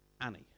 Annie